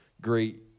Great